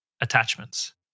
attachments